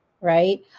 Right